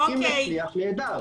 אם נצליח, נהדר.